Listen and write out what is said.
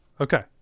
Okay